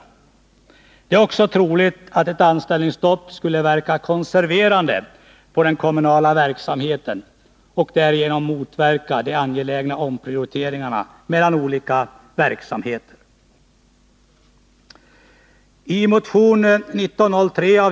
Det är också troligt att ett anställningsstopp skulle verka konserverande på den kommunala verksamheten och därigenom motverka de angelägna omprioriteringarna mellan olika verksamheter.